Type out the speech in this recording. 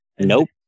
Nope